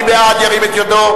מי שבעד, ירים את ידו.